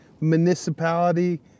municipality